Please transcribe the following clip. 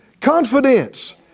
confidence